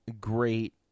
great